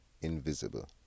invisible